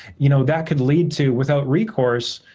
you know that could lead to, without recourse,